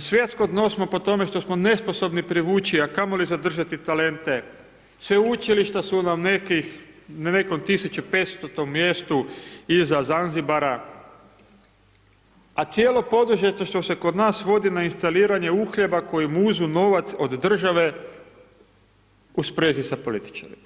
svjetsko dno smo po tome što smo nesposobni privući a kamoli zadržati talente, sveučilišta su nam na nekom 1500. mjestu iza Zanzibara, a cijelo područje što se kod nas svodi na instaliranje uhljeba koji muzu novac od države, u sprezi sa političarima.